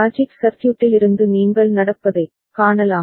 logic சர்க்யூட்டிலிருந்து நீங்கள் நடப்பதைக் காணலாம்